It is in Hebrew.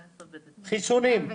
חיסונים.